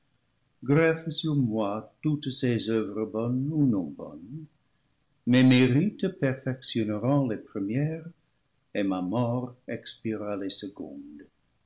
greffe sur moi toutes ses oeuvres bonnes ou non bonnes mes mérites perfectionneront les pre mières et ma mort expiera les secondes